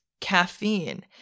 caffeine